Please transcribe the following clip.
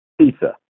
Pizza